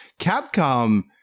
Capcom